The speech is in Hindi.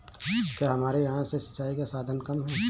क्या हमारे यहाँ से सिंचाई के साधन कम है?